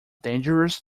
dangerous